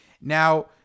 now